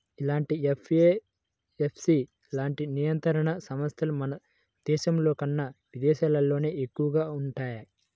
ఇలాంటి ఎఫ్ఏఎస్బి లాంటి నియంత్రణ సంస్థలు మన దేశంలోకన్నా విదేశాల్లోనే ఎక్కువగా వుంటయ్యి